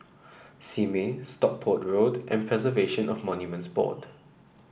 Simei Stockport Road and Preservation of Monuments Board